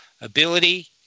ability